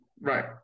Right